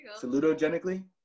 Salutogenically